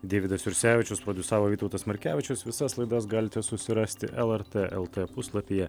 deividas jursevičius prodiusavo vytautas markevičius visas laidas galite susirasti lrt lt puslapyje